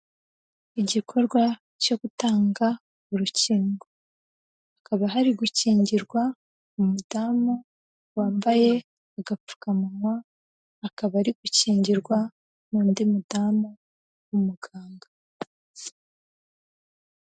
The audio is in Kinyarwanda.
Igikorwa cyo gutanga urukingo. Hakaba hari gukingirwa umudamu wambaye agapfukamunwa, akaba ari gukingirwa n'undi mudamu w'umuganga.